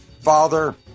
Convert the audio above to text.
father